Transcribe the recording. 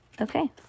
okay